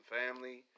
family